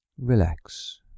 relax